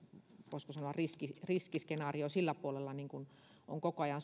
voisiko sanoa riskiskenaario sillä puolella on koko ajan